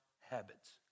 habits